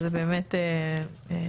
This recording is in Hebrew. אז זה באמת משמח.